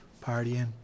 partying